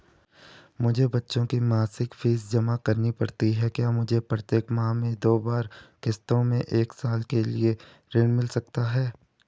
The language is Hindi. मुझे बच्चों की मासिक फीस जमा करनी पड़ती है क्या मुझे प्रत्येक माह में दो बार किश्तों में एक साल के लिए ऋण मिल सकता है?